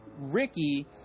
Ricky